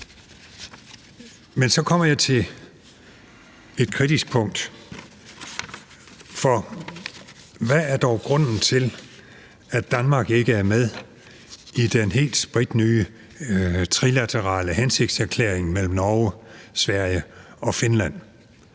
Men så kommer jeg til et kritisk punkt. For hvad er dog grunden til, at Danmark ikke er med i den helt spritnye trilaterale hensigtserklæring mellem Norge, Sverige og Finland?